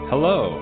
Hello